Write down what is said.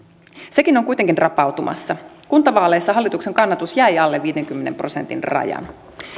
sekin on kuitenkin rapautumassa kuntavaaleissa hallituksen kannatus jäi alle viidenkymmenen prosentin rajan